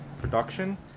Production